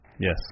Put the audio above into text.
Yes